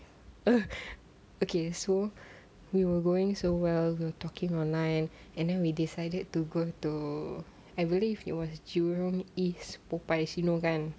ugh okay so we were going so well we were talking online and then we decided to go to I believe it was jurong east popeye's you know kan